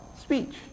speech